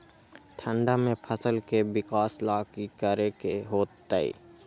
ठंडा में फसल के विकास ला की करे के होतै?